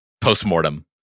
post-mortem